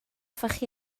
hoffech